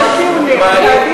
יש דיונים,